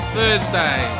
Thursday